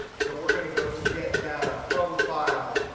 so we're going to go to get data, from file,